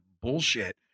bullshit